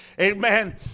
amen